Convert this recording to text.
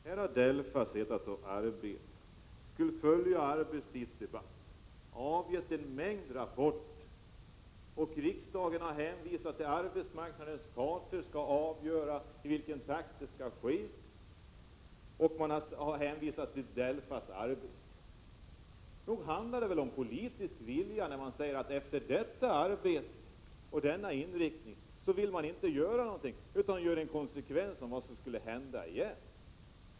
Herr talman! Detta måste väl vara en ganska aningslös undanmanöver. Här har DELFA suttit och arbetat, följt arbetstidsdebatten och avgett en mängd rapporter. Riksdagen har hänvisat till att arbetsmarknadens parter skall avgöra i vilken takt arbetstidsförkortningen kan ske, och man har hänvisat till DELFA:s arbete. Nog handlar det väl om politisk vilja när man säger att efter detta arbete, med denna inriktning, vill man inte göra någonting utan tillsätter en konsekvensutredning.